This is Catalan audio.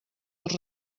els